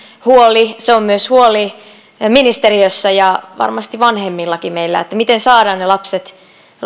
huoli se on huoli myös ministeriössä ja varmasti meillä vanhemmillakin miten saadaan ne lapset